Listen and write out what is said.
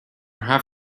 have